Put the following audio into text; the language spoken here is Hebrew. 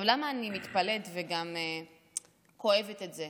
למה אני מתפלאת וגם כואבת את זה?